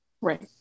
Right